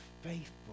faithful